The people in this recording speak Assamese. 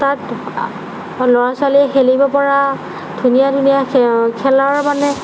তাত ল'ৰা ছোৱালীয়ে খেলিব পৰা ধুনীয়া ধুনীয়া খেলাৰ মানে